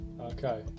Okay